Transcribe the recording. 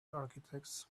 architects